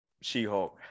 She-Hulk